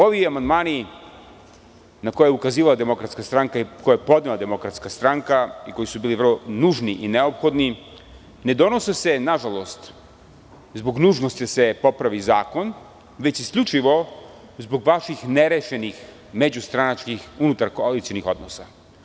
Ovi amandmani na koje je ukazivala DS i koje je podnela DS i koji su bili vrlo nužni i neophodni, ne donose se, nažalost, zbog nužnosti da se popravi zakon, već isključivo zbog vaših nerešenih međustranačkih unutar koalicionih odnosa.